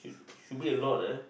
should be a lot uh